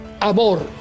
Amor